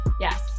Yes